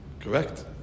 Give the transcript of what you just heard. Correct